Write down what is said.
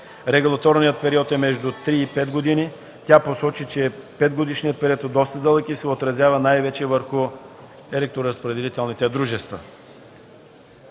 Регулаторният период е между три и пет години. Тя посочи, че петгодишният период е доста дълъг и се отразява най-вече върху електроразпределителните дружества.